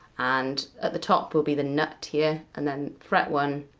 and at the top will be the nut here and then fret one,